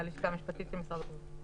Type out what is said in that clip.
"חוזר"